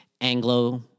Anglo-